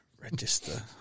Register